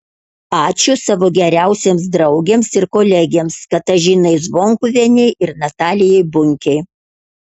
ačiū savo geriausioms draugėms ir kolegėms katažinai zvonkuvienei ir natalijai bunkei